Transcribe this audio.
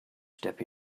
step